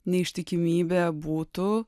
neištikimybė būtų